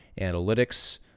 Analytics